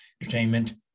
entertainment